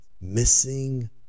missing